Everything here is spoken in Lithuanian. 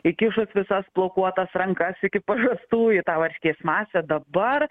įkišus visas plaukuotas rankas iki pažastų į tą varškės masę dabar